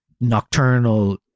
nocturnal